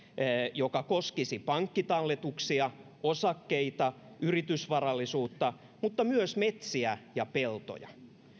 joka koskisi pankkitalletuksia osakkeita yritysvarallisuutta mutta myös metsiä ja peltoja